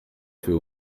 fait